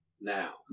now